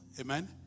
Amen